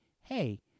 Hey